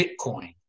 Bitcoin